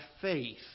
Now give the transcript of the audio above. faith